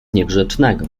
niegrzecznego